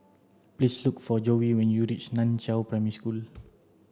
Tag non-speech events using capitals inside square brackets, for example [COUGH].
please look for Joey when you reach Nan Chiau Primary School [NOISE]